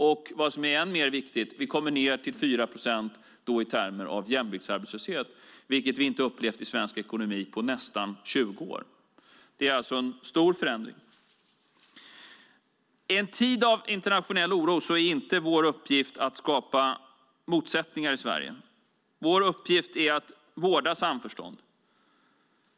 Och vad som är än mer viktigt: Vi kommer ned till 4 procent i termer av jämviktsarbetslöshet, vilket vi inte upplevt i svensk ekonomi på nästan 20 år. Det är alltså en stor förändring. I en tid av internationell oro är inte vår uppgift att skapa motsättningar i Sverige. Vår uppgift är att vårda samförstånd.